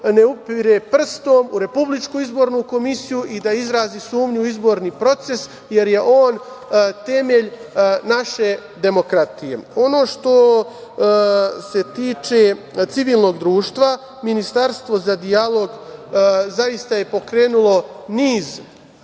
ne upire prstom u RIK i da izrazi sumnju u izborni proces, jer je on temelj naše demokratije. Što se tiče civilnog društva, Ministarstvo za dijalog zaista je pokrenulo niz